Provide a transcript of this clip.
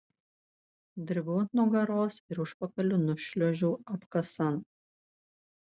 dribau ant nugaros ir užpakaliu nušliuožiau apkasan